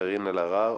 קארין אלהרר,